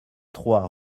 trois